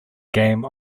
game